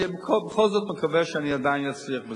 אני בכל זאת עדיין מקווה שאני אצליח בזה.